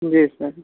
जी sir